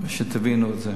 כדי שתבינו את זה.